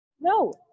No